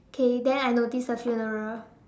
okay then I noticed the funeral